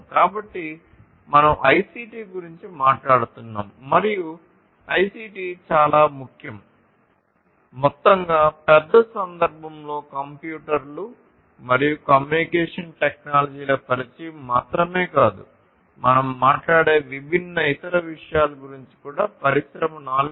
కాబట్టి మనం ఐసిటి గురించి మాట్లాడుతున్నాము మరియు ఐసిటి చాలా ముఖ్యం మొత్తంగా పెద్ద సందర్భంలో కంప్యూటర్లు మరియు కమ్యూనికేషన్ టెక్నాలజీల పరిచయం మాత్రమే కాదు మనం మాట్లాడే విభిన్న ఇతర విషయాల గురించి కూడా పరిశ్రమ4